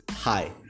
Hi